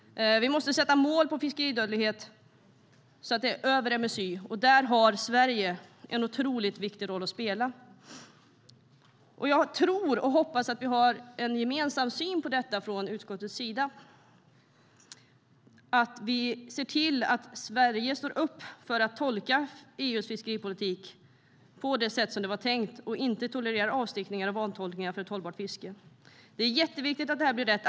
Vi måste sätta mål för fiskeridödlighet, så att det är över MSY. Där har Sverige en otroligt viktig roll att spela. Jag tror och hoppas att vi har en gemensam syn på detta från utskottets sida, att vi ser till att Sverige står upp för att tolka EU:s fiskeripolitik på det sätt som det var tänkt för ett hållbart fiske och inte tolererar avstyckningar och vantolkningar. Det är jätteviktigt att det här blir rätt.